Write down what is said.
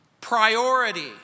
priority